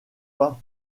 pas